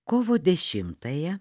kovo dešimtąją